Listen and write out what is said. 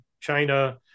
China